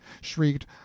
shrieked